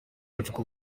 ariko